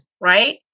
Right